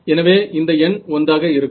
எனவே இந்த எண் 1 ஆக இருக்கும்